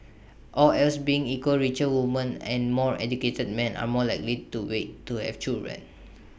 all else being equal richer woman and more educated men are more likely to wait to have children